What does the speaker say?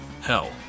Hell